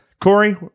Corey